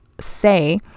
say